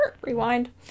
rewind